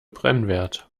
brennwert